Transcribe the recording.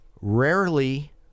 rarely